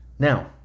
Now